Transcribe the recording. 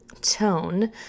tone